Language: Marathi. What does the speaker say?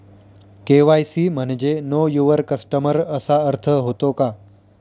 के.वाय.सी म्हणजे नो यूवर कस्टमर असा अर्थ होतो का?